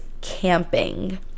camping